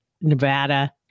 Nevada